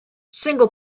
single